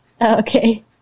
Okay